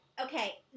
Okay